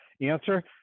answer